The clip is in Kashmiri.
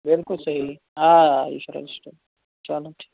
بِلکُل صحیح آ آ یہِ چھُ رَجَسٹَر چلو ٹھی